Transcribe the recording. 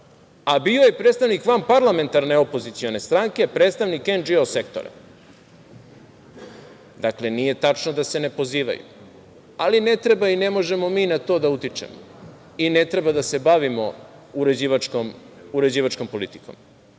a bio je predstavnik vanparlamentarne opozicione stranke, predstavnik NGO sektora. Dakle, nije tačno da se ne pozivaju, ali ne treba i ne možemo mi na to da utičemo i ne treba da se bavimo uređivačkom politikom.